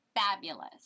fabulous